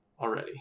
already